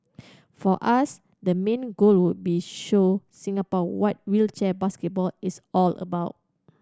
for us the main goal would be show Singapore what wheelchair basketball is all about